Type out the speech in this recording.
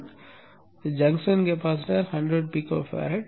01 junction capacitor 100 pf